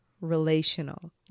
relational